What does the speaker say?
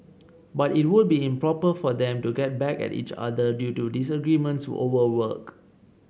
but it would be improper for them to get back at each other due to disagreements over work